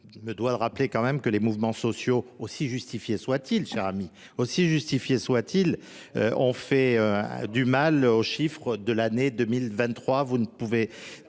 Il me doit de rappeler quand même que les mouvements sociaux, aussi justifiés soit-il, cher ami, aussi justifiés soit-il, ont fait du mal aux chiffres de l'année 2023.